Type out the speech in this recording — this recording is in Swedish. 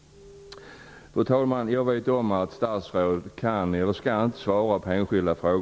Fru talman! Jag vet att statsråd inte skall svara på frågor om enskilda fall.